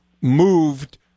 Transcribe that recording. moved